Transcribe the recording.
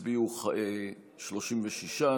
הצביעו 36,